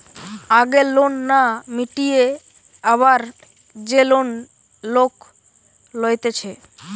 আগের লোন না মিটিয়ে আবার যে লোন লোক লইতেছে